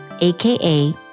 aka